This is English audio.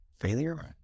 failure